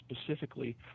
specifically